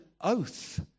oath